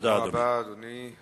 תודה רבה, אדוני.